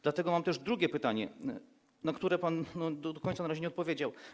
Dlatego mam też drugie pytanie, na które pan do końca na razie nie odpowiedział.